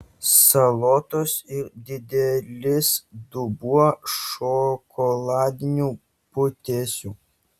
salotos ir didelis dubuo šokoladinių putėsių